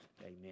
amen